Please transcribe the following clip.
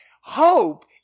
Hope